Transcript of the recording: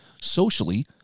socially